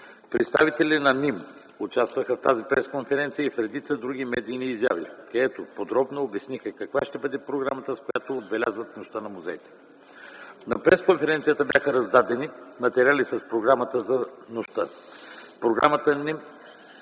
исторически музей участваха в тази пресконференция и в редица други медийни изяви и подробно обясниха каква ще бъде програмата, с която отбелязват Нощта на музеите. На пресконференцията бяха раздадени материали с програмата за нощта. Програмата на